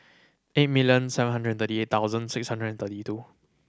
eight million seven hundred thirty eight thousand six hundred and thirty two